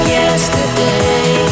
yesterday